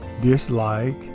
Dislike